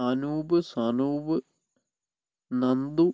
Anoop Sanoop Nandu